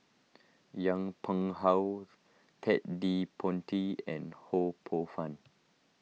Yong Pung How Ted De Ponti and Ho Poh Fun